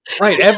Right